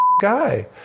guy